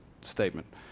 statement